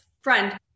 Friend